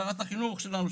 שרת החינוך שלנו,